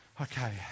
Okay